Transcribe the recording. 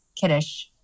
kiddush